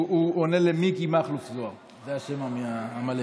הוא עונה למיקי מכלוף זוהר, זה השם המלא.